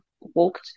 walked